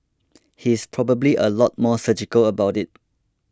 he's probably a lot more surgical about it